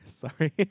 sorry